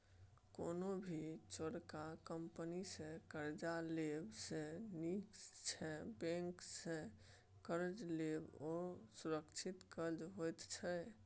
कोनो भी चोरका कंपनी सँ कर्जा लेब सँ नीक छै बैंक सँ कर्ज लेब, ओ सुरक्षित कर्ज होइत छै